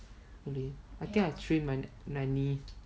really I think I sprained my neck my knee